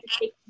take